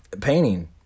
Painting